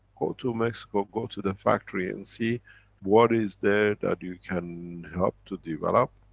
to mexico, go to the factory and see what is there, that you can help to develop,